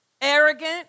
arrogant